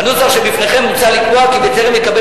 בנוסח שבפניכם מוצע לקבוע כי בטרם יקבל